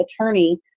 attorney